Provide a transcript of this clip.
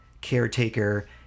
caretaker